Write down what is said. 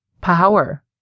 Power